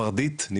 ורדית ישראל,